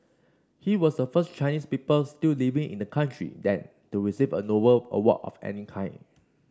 he was the first Chinese people still living in the country then to receive a Nobel award of any kind